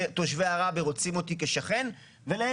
אני לא חושב שתושבי עראבה רוצים אותי כשכן ולהיפך.